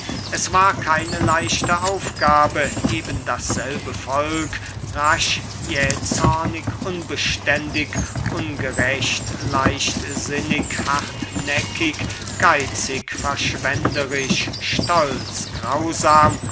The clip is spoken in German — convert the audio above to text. es war keine leichte aufgabe eben dasselbe volk rasch jähzornig unbeständig ungerecht leichtsinnig hartnäckig geitzig verschwenderisch stolz grausam